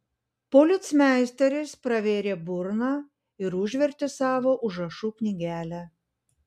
policmeisteris pravėrė burną ir užvertė savo užrašų knygelę